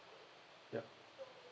ya